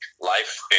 life